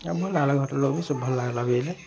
ଆଉ ଭଲ୍ ଲାଗିଲା ଘରର୍ ଲୋକ୍ ବି ସବ୍ ଭଲ୍ ଲାଗିଲା ବୋଇଲେ